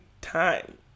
time